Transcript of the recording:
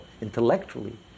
intellectually